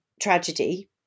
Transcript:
tragedy